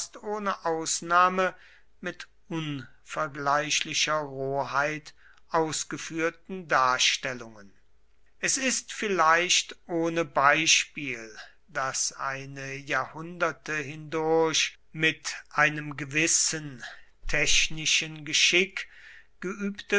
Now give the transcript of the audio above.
ohne ausnahme mit unvergleichlicher roheit ausgeführten darstellungen es ist vielleicht ohne beispiel daß eine jahrhunderte hindurch mit einem gewissen technischen geschick geübte